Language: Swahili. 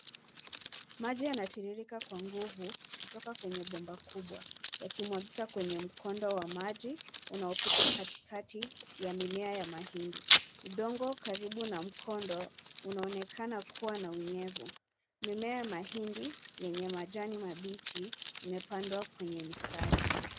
Maji yanatiririka kwa nguvu, kutoka kwenye bomba kubwa yakimwagika kwenye mkondo wa maji unaopita katikati ya mimea ya mahindi. Udongo karibu na mkondo unaonekana kuwa na unyevu. Mimea mahindi yenye majani mabichi, imepandwa kwenye mistari.